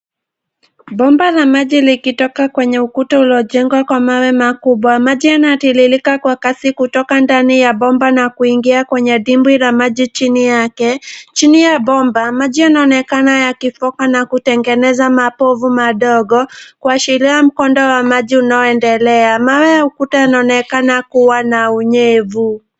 Bomba la maji likitoka kwenye ukuta uliojengwa kwa mawe makubwa. Maji yanatiririka kwa kasi kutoka ndani ya bomba na kuingia kwa dimbwi la maji chini yake. Chini ya bomba maji yanaonekana yakitoka na kutengeneza mapovu madogo kuashiria mkondo wa maji unaoendelea. Mawe ya ukuta yanaonekana kuwa na unyevu.